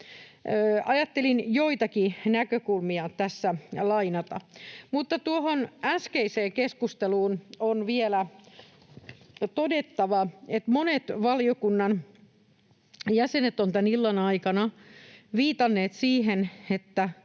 Ajattelin joitakin näkökulmia tässä lainata. Tuohon äskeiseen keskusteluun on vielä todettava, että monet valiokunnan jäsenet ovat tämän illan aikana viitanneet siihen,